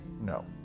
no